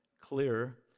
clearer